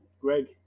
Greg